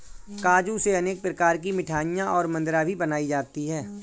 काजू से अनेक प्रकार की मिठाईयाँ और मदिरा भी बनाई जाती है